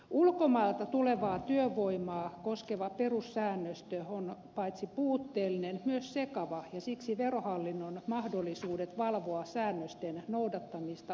ulkomailta tulevaa työvoimaa koskeva perussäännöstö on paitsi puutteellinen myös sekava ja siksi verohallinnon mahdollisuudet valvoa säännösten noudattamista ovat kehnot